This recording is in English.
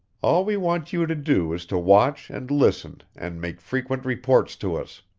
all we want you to do is to watch and listen and make frequent reports to us.